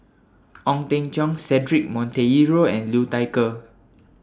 Ong Teng Cheong Cedric Monteiro and Liu Thai Ker